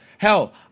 Hell